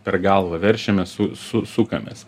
per galvą verčiamės su su sukamės